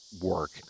work